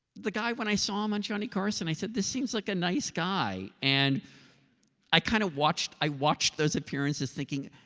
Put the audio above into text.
the guy when i saw him on johnny carson, i said this seems like a nice guy, and i kind of watched. i watched those appearances thinking,